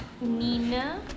Nina